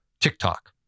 TikTok